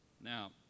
Now